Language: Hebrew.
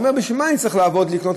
הוא אומר: בשביל מה אני צריך לעבוד לקנות,